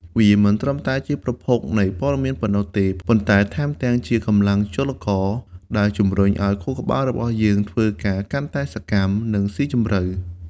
វាមិនត្រឹមតែជាប្រភពនៃព័ត៌មានប៉ុណ្ណោះទេ ប៉ុន្តែថែមជាកម្លាំងចលករដែលជំរុញឱ្យខួរក្បាលរបស់យើងធ្វើការកាន់តែសកម្ម និងស៊ីជម្រៅ។